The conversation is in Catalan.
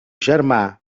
germà